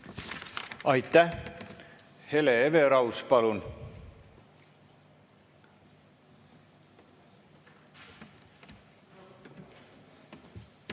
Aitäh! Hele Everaus, palun!